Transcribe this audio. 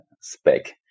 Spec